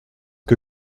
que